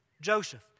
Joseph